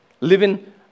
Living